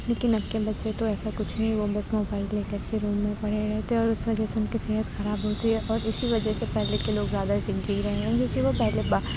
لیکن اب کے بچے تو ایسا کچھ نہیں وہ بس موبائل لے کر کے روم میں پڑے رہتے ہیں اور اُس وجہ سے اُن کی صحت خراب ہوتی ہے اور اِسی وجہ سے پہلے کے لوگ زیادہ جی رہے ہیں کیونکہ وہ پہلے